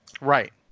Right